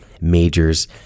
majors